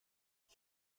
ich